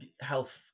health